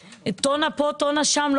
טון פה או טון שם.